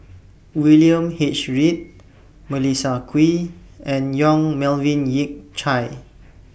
William H Read Melissa Kwee and Yong Melvin Yik Chye